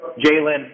Jalen